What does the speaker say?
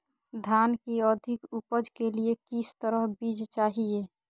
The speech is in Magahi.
धान की अधिक उपज के लिए किस तरह बीज चाहिए?